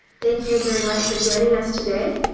thank you very much for joining us today,